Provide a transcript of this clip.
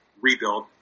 rebuild